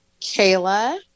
Kayla